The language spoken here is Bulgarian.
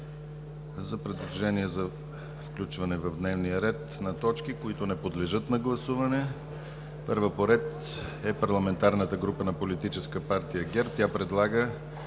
Първа поред е парламентарната група на Политическа партия ГЕРБ. Тя предлага: